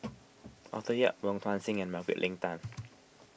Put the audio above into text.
Arthur Yap Wong Tuang Seng and Margaret Leng Tan